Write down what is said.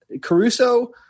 Caruso